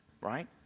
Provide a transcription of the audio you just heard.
right